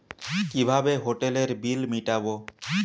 কিভাবে হোটেলের বিল মিটাব?